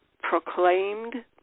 proclaimed